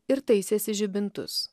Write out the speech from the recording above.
ir taisėsi žibintus